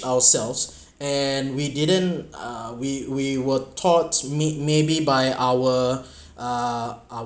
ourselves and we didn't uh we we were thoughts meet maybe by our uh